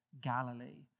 Galilee